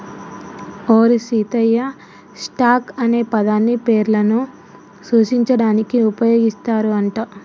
ఓరి సీతయ్య, స్టాక్ అనే పదాన్ని పేర్లను సూచించడానికి ఉపయోగిస్తారు అంట